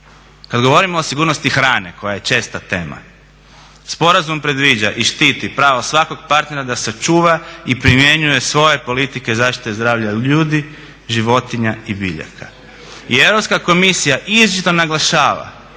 Kad govorimo o sigurnosti hrane, koja je česta tema, sporazum predviđa i štiti svakog partnera da sačuva i primjenjuje svoje politike zaštite zdravlja i ljudi, životinja i biljaka i Europska komisija izričito naglašava